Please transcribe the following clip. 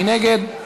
מי נגד?